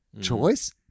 choice